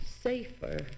safer